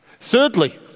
Thirdly